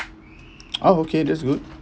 ah okay that's good